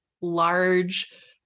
large